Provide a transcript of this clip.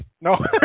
No